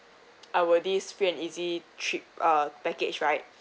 our these free and easy trip uh package right